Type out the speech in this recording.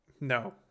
No